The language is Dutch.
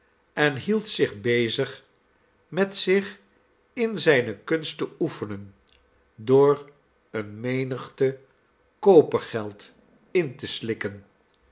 en hield zich bezig met zich in zijne kunst te oefenen door eene menigte kopergeld in te slikken